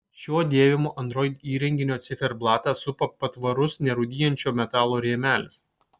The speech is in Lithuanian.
šio dėvimo android įrenginio ciferblatą supa patvarus nerūdijančio metalo rėmelis